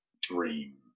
dream